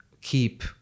keep